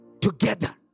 together